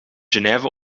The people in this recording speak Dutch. genève